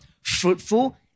fruitful